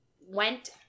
went